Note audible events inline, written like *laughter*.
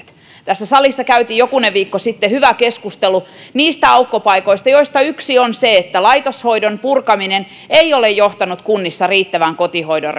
tässä salissa käytiin jokunen viikko sitten hyvä keskustelu aukkopaikoista joista yksi on se että laitoshoidon purkaminen ei ole johtanut kunnissa riittävään kotihoidon *unintelligible*